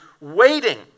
waiting